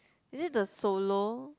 is it the solo